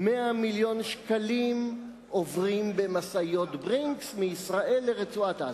100 מיליון שקלים עוברים במשאיות "ברינקס" מישראל לרצועת-עזה.